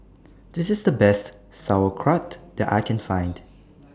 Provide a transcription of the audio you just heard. This IS The Best Sauerkraut that I Can Find